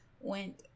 went